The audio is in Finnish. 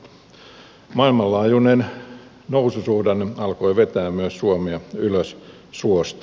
maailmanlaajuinen noususuhdanne alkoi vetää myös suomea ylös suosta